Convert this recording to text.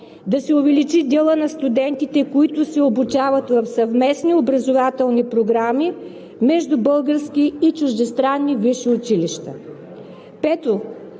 да се увеличи делът на студентите, които се обучават в съвместни образователни програми между български и чуждестранни висши училища.